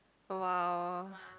a while